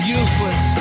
useless